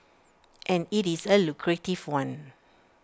and IT is A lucrative one